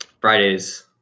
Fridays